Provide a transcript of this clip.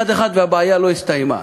אחד-אחד, והבעיה לא הסתיימה.